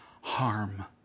harm